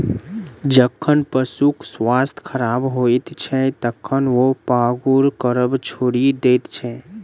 जखन पशुक स्वास्थ्य खराब होइत छै, तखन ओ पागुर करब छोड़ि दैत छै